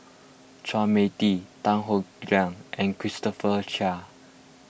Chua Mia Tee Tan Howe Liang and Christopher Chia